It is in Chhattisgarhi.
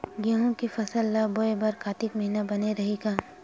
गेहूं के फसल ल बोय बर कातिक महिना बने रहि का?